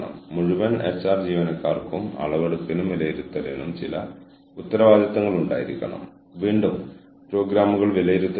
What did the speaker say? അതിനാൽ തന്ത്രപരമായ ലക്ഷ്യങ്ങളിൽ ഉറച്ചുനിൽക്കുമ്പോഴും ഓർഗനൈസേഷന്റെ തന്ത്രപരമായ ലക്ഷ്യങ്ങളിൽ സംഭാവന നൽകുമ്പോഴും ഷോ പ്രവർത്തിപ്പിക്കുന്നത് നിലനിർത്താം